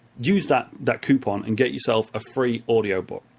use that that coupon and get yourself a free audiobook.